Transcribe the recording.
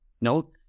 No